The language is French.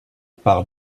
par